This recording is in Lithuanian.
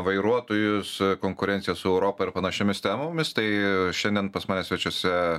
vairuotojus konkurencija su europa ir panašiomis temomis tai šiandien pas mane svečiuose